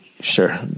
sure